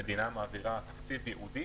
המדינה מעבירה תקציב ייעודי